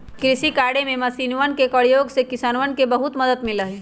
कृषि कार्य में मशीनवन के प्रयोग से किसान के बहुत मदद मिला हई